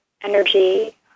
energy